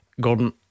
Gordon